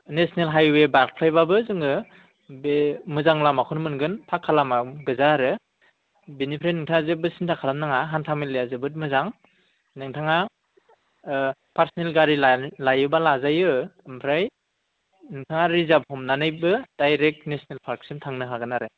national highway बारस्लायबाबो जोङो बे मोजां लामाखौनो मोनगोन पाक्का लामा गोजा आरो बेनिफ्राय नोंथाङा जेबो सिन्था खालामनाङा हान्था मेलाया जोबोद मोजां नोंथाङा पार्सनेल गारि लायोबा लाजायो ओमफ्राय नोंथाङा रिजार्भ हमनानैबो डायरेक्ट नेसनेल पार्कसिम थांनो हागोन आरो